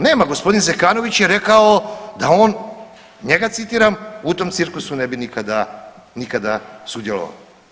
Nema, gospodin Zekanović je rekao da on, njega citiram, u tom cirkusu ne bi nikada, nikada sudjelovao.